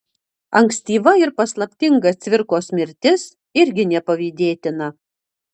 ankstyva ir paslaptinga cvirkos mirtis irgi nepavydėtina